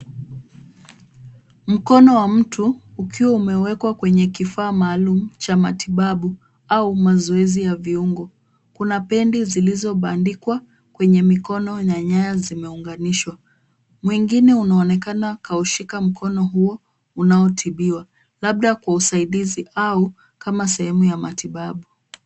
Mkono wa mtu ukiwa umewekwa kwenye kifaa maalum cha matibabu au mazoezi ya viungo. Kuna pendi zilizobandikwa kwenye mikono na nyaya zimeunganishwa. Mwingine unaonekana kaushika mkono huo unaotibiwa labda kwa usaidizi au kama sehemu ya matibabu.